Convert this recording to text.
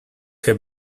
have